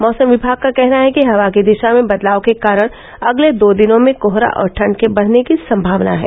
मौसम विभाग का कहना है कि हवा की दिशा में बदलाव के कारण अगले दो दिनों में कोहरा और ठंड के बढ़ने की संभावना है